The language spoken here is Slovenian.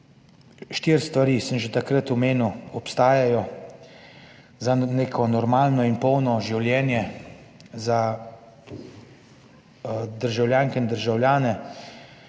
Štiri stvari sem omenil že takrat, ki obstajajo za neko normalno in polno življenje za državljanke in državljane,